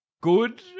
good